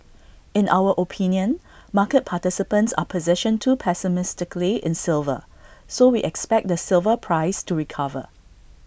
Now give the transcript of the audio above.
in our opinion market participants are positioned too pessimistically in silver so we expect the silver price to recover